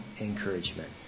encouragement